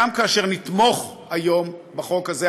גם כאשר נתמוך היום בחוק הזה,